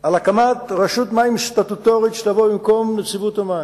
על הקמת רשות מים סטטוטורית שתבוא במקום נציבות המים,